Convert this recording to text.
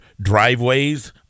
driveways